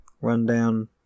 rundown